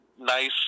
nice